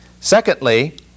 secondly